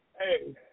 Hey